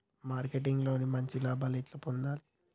Marketing లో మంచి లాభాల్ని ఎట్లా పొందాలి?